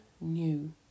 new